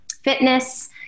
fitness